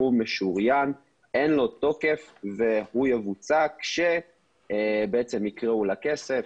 משוריין ואין לו תוקף והוא יבוצע כשיקראו לכסף